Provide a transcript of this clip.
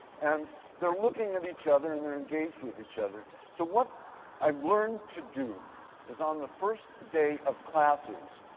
and they're looking at each other, and they're engaged with each other. so what i've learned to do is on the first day of classes,